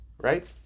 right